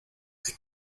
hay